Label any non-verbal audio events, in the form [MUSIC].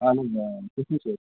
اَہن حظ [UNINTELLIGIBLE]